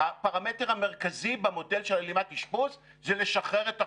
הפרמטר המרכזי במודל של הלימת אשפוז זה לשחרר את החולים.